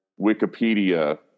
wikipedia